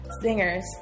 singers